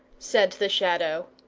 said the shadow.